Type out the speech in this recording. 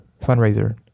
fundraiser